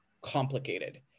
complicated